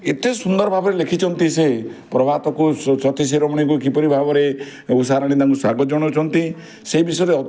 ଏତେ ସୁନ୍ଦର ଭାବରେ ଲେଖିଛନ୍ତି ସେ ପ୍ରଭାତକୁ ସତୀ ସିରାମଣିକୁ କିପରି ଭାବରେ ଉଷାରାଣୀ ତାଙ୍କୁ ସ୍ୱାଗତ ଜଣଉଛନ୍ତି ସେଇ ବିଷୟରେ ଅତି